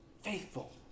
faithful